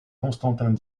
constantin